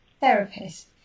therapist